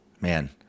Man